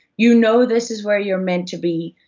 you know this is where you're meant to be,